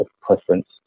preference